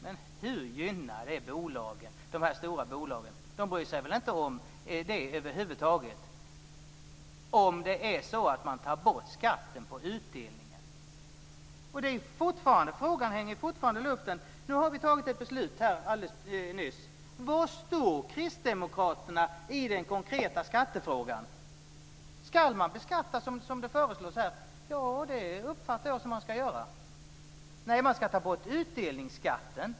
Men hur gynnar det de stora bolagen? De bryr sig väl över huvud taget inte om ifall man tar bort skatten på utdelningen. Frågan hänger fortfarande i luften. Nu har vi alldeles nyss tagit ett beslut. Var står kristdemokraterna i den konkreta skattefrågan? Ska man beskatta som det föreslås här? Det uppfattar jag att man ska göra. Nej, man ska ta bort utdelningsskatten.